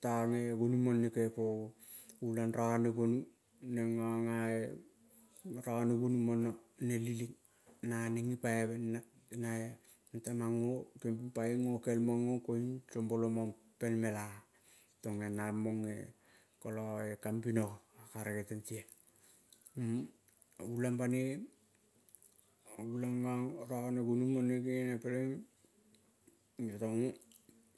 Toge gonu mone kege po mo-kulang rone gonu neng gonga eh rone gonu mono, nrng ileng na neng gi paive. Na-e gokel mong ong kong sombolomong pel mela-ah tong eh namong eh, kolo eh, kambinogo el karege tente. Gulang banoi gulang rone gonu mone gene pelenging iyo tong oh